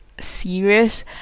serious